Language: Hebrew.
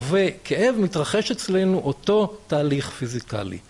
וכאב מתרחש אצלנו אותו תהליך פיזיקלי.